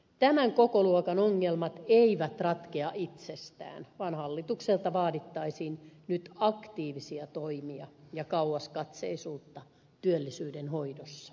tämän kokoluokan ongelmat eivät ratkea itsestään vaan hallitukselta vaadittaisiin nyt aktiivisia toimia ja kauaskatseisuutta työllisyyden hoidossa